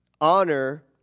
honor